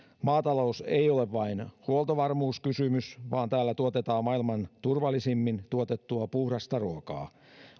maatalous ei ole vain huoltovarmuuskysymys vaan täällä tuotetaan maailman turvallisimmin tuotettua puhdasta ruokaa